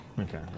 Okay